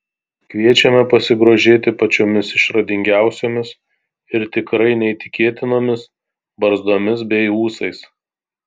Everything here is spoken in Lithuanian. kviečiame pasigrožėti pačiomis išradingiausiomis ir tikrai neįtikėtinomis barzdomis bei ūsais